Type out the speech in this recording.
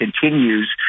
continues